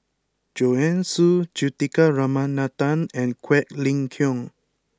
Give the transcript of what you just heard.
Joanne Soo Juthika Ramanathan and Quek Ling Kiong